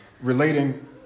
relating